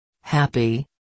Happy